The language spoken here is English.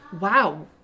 wow